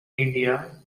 india